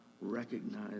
recognize